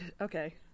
okay